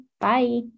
Bye